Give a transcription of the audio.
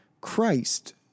Christ